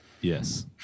yes